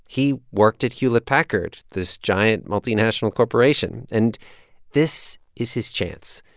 he worked at hewlett-packard, this giant, multinational corporation. and this is his chance.